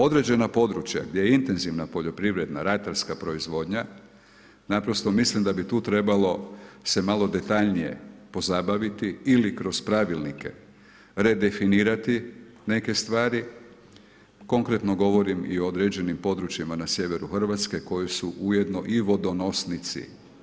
Određena područja, gdje je intenzivna poljoprivredna, ratarska proizvodnja, naprosto mislim da bi tu trebalo se malo detaljnije pozabaviti ili kroz pravilnike, redefinirati neke stvari, konkretno govorim i o određenim područjima na sjeveru Hrvatske koji su ujedno i vodo nosnici.